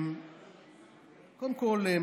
קודם כול,